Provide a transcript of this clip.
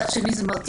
מצד שני, זה מרתיע.